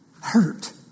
hurt